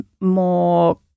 more